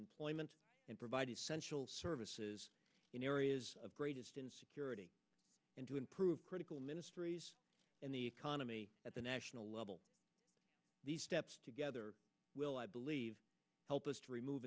employment and provide essential services in areas of greatest insecurity and to improve critical ministries and the economy at the national level these steps together will i believe help us to remove